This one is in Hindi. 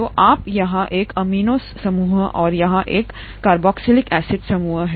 तो आप यहाँ एक एमिनो समूह और यहाँ एक कार्बोक्जिलिक एसिड समूह है